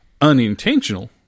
unintentional